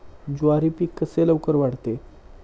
ज्वारी पीक कसे लवकर वाढते?